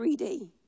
3D